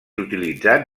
utilitzat